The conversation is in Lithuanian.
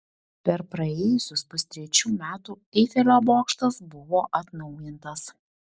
per praėjusius pustrečių metų eifelio bokštas buvo atnaujintas